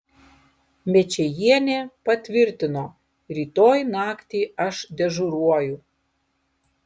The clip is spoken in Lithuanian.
mečėjienė patvirtino rytoj naktį aš dežuruoju